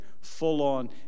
full-on